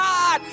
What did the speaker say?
God